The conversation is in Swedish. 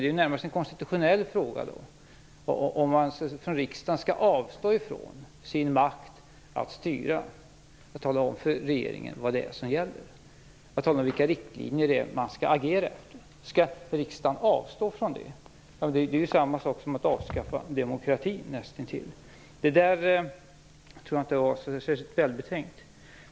Det är ju närmast en konstitutionell fråga om man från riksdagen skall avstå från sin makt att styra och tala om för regeringen vad det är som gäller och vilka riktlinjer man skall agera efter. Skall riksdagen avstå från det? Det är ju nästintill samma sak som att avskaffa demokrati, så det där tror jag inte var särskilt välbetänkt.